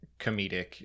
comedic